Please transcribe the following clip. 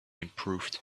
improved